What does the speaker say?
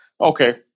Okay